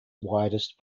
widest